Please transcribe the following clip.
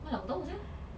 mana aku tahu sia